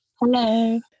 Hello